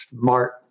smart